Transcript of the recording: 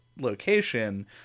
location